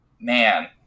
man